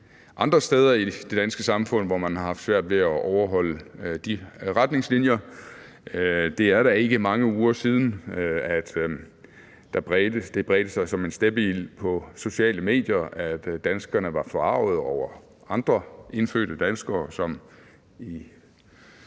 andre steder i det danske samfund, hvor man har haft svært ved at overholde de retningslinjer. Det er da ikke mange uger siden, at det bredte sig som en steppebrand på sociale medier, at danskerne var forargede over andre indfødte danskere, som